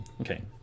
Okay